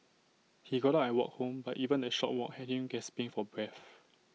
he got out and walked home but even that short walk had him gasping for breath